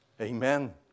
Amen